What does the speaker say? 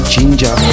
Ginger